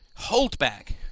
holdback